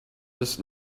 bis